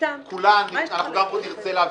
בדיוק הסיטואציה הזאת גם נרצה להעביר